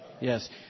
Yes